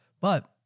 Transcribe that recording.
But-